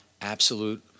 absolute